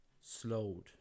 slowed